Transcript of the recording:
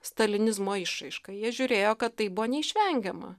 stalinizmo išraiška jie žiūrėjo kad tai buvo neišvengiama